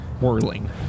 Whirling